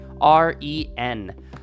R-E-N